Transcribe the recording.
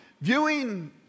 Viewing